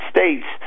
States